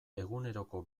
eguneroko